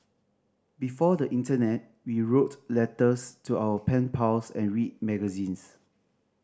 before the internet we wrote letters to our pen pals and read magazines